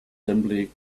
simply